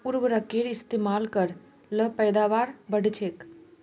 उर्वरकेर इस्तेमाल कर ल पैदावार बढ़छेक